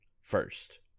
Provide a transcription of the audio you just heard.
first